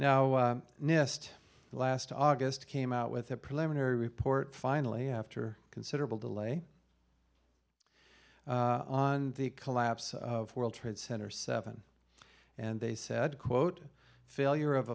nist last august came out with a preliminary report finally after considerable delay on the collapse of world trade center seven and they said quote failure of